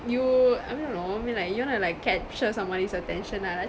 you I don't know I mean like you want to like capture somebody's attention lah like